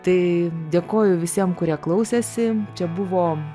tai dėkoju visiem kurie klausėsi čia buvo